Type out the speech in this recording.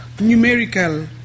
numerical